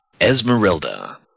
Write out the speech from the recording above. Esmeralda